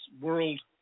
world